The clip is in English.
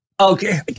Okay